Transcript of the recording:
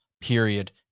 Period